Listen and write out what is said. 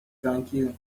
tranquil